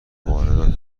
واردات